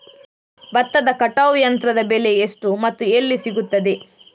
ಭತ್ತದ ಕಟಾವು ಯಂತ್ರದ ಬೆಲೆ ಎಷ್ಟು ಮತ್ತು ಎಲ್ಲಿ ಸಿಗುತ್ತದೆ?